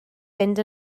fynd